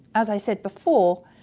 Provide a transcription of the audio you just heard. as i said before,